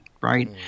Right